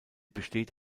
besteht